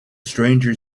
stranger